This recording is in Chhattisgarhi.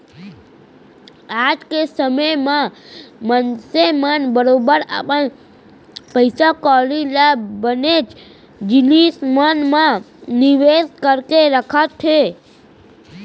आज के समे म मनसे मन बरोबर अपन पइसा कौड़ी ल बनेच जिनिस मन म निवेस करके रखत हें